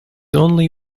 only